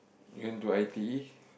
and to I_T_E